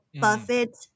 Buffett